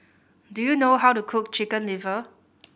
do you know how to cook Chicken Liver